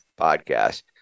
podcast